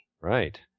Right